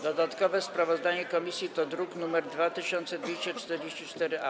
Dodatkowe sprawozdanie komisji to druk nr 2244-A.